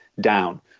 down